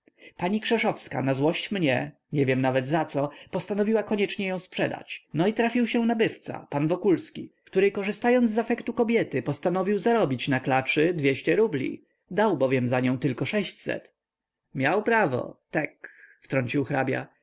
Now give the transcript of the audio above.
pani krzeszowska na złość mnie nie wiem nawet zaco postanowiła koniecznie ją sprzedać no i trafił się nabywca pan wokulski który korzystając z afektu kobiety postanowił zarobić na klaczy dwieście rubli dał bowiem za nią tylko sześćset miał prawo tek wtrącił hrabia